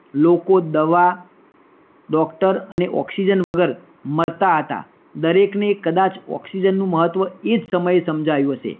લોકો દવા ડોક્ટર અને ઓક્સિજન વગર મરતા હતા દરેકને કદાચ ઓક્સિજનનું મહત્ત્વ એજ સમયે સમજાયું હશે